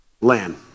land